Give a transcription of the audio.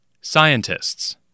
Scientists